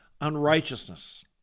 unrighteousness